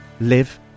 live